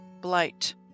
blight